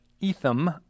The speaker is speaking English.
Etham